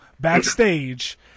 backstage